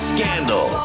Scandal